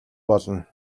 болно